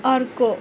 अर्को